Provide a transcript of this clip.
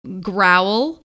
growl